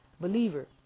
believer